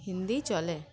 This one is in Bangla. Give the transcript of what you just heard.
হিন্দিই চলে